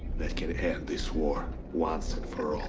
that can end this war once and for all.